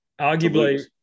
Arguably